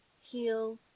heal